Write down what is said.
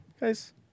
guys